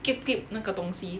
keep fit 那个东西 dong xi